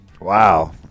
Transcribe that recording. Wow